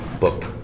book